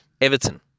Everton